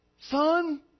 Son